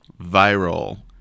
Viral